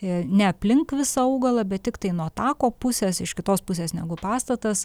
o ne aplink visą augalą bet tiktai nuo tako pusės iš kitos pusės negu pastatas